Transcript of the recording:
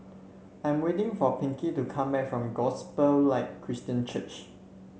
I'm waiting for Pinkie to come back from Gospel Light Christian Church